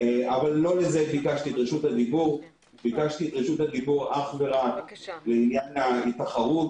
אבל לא על זה ביקשתי את רשות הדיבור אלא רק לעניין התחרות.